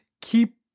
keep